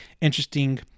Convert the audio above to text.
interesting